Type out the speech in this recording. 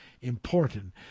important